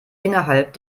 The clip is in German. innerhalb